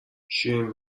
شیرین